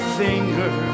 finger